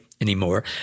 anymore